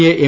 A M